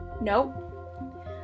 Nope